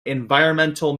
environmental